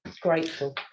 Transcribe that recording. Grateful